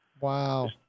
Wow